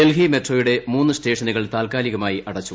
ഡൽഹി മെട്രോയുടെ മൂന്ന് സ്റ്റേഷനുകൾ താൽക്കാലികമായി അടച്ചു